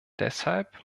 deshalb